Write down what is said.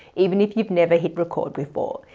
even if you've never hit record before.